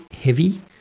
heavy